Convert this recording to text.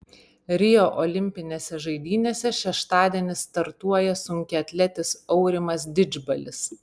rio olimpinėse žaidynėse šeštadienį startuoja sunkiaatletis aurimas didžbalis